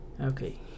okay